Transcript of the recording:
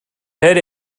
hit